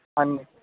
ਹਾਂਜੀ